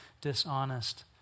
dishonest